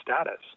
status